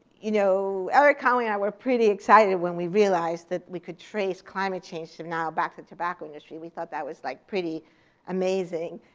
you know erik conway and i were pretty excited when we realized that we could trace climate change um now back to the tobacco industry. we thought that was, like, pretty amazing.